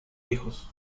hijos